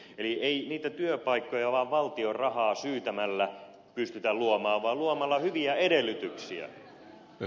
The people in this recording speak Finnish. eli ei niitä työpaikkoja vain valtion rahaa syytämällä pystytä luomaan vaan luomalla hyviä edellytyksiä